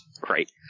Great